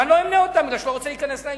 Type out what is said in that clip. ולא אמנה אותם, כי אני לא רוצה להיכנס לעניין.